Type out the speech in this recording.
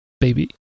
baby